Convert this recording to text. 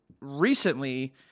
recently